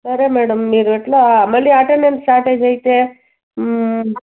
సరే మేడం మీరు అట్లా మళ్ళీ అటెండెన్స్ షార్టేజ్ అయితే